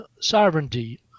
Sovereignty